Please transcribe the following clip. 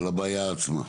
על הבעיה עצמה.